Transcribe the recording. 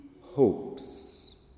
hopes